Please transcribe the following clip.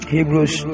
Hebrews